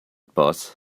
bus